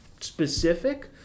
specific